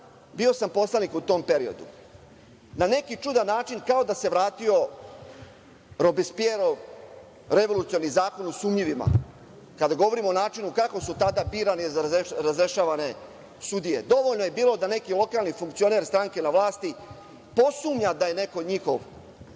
bio sam poslanik u tom periodu. Na neki čudan način kao da se vratio Robespjerov revolucionarni zakon o sumnjivima, kada govorimo o načinu kako su tada birane i razrešavane sudije. Dovoljno je bilo da neki lokalni funkcioner stranke na vlasti posumnja da je neko njihov